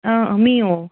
می او